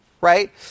right